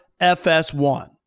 fs1